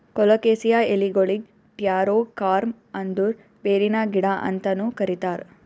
colocasia ಎಲಿಗೊಳಿಗ್ taro corm ಅಂದುರ್ ಬೇರಿನ ಗಿಡ ಅಂತನು ಕರಿತಾರ್